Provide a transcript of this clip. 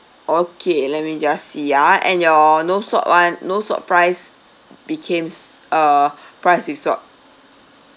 okay let me just see ah and your no salt [one] not salt fries became uh fries with salt